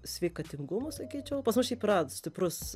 sveikatingumu sakyčiau pas mus šiaip yra stiprus